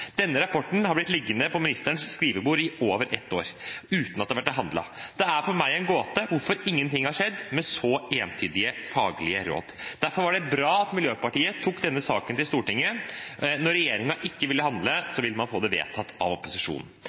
Denne rapporten har blitt liggende på ministerens skrivebord i over ett år, uten at det har vært handlet. Det er for meg en gåte hvorfor ingenting har skjedd med så entydige faglige råd. Derfor var det bra at Miljøpartiet De Grønne tok denne saken til Stortinget – når regjeringen ikke ville handle, ville man få det vedtatt av opposisjonen.